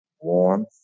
warmth